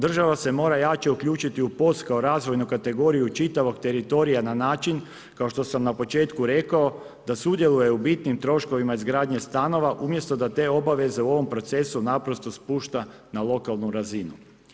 Država se mora jače uključiti u POS kao razvoju kategoriju čitavog teritorija na način kao što sam na početku rekao, da sudjeluje u bitnim troškovima izgradnje stanova umjesto da te obaveze u ovom procesu naprosto spušta na lokalnu razinu.